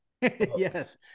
Yes